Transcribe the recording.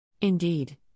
Indeed